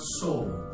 soul